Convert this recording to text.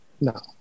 No